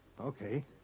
Okay